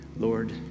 Lord